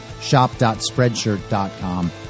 shop.spreadshirt.com